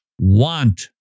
want